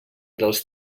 dels